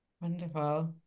wonderful